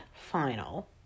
final